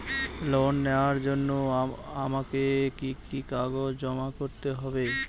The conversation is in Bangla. লোন নেওয়ার জন্য আমাকে কি কি কাগজ জমা করতে হবে?